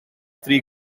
three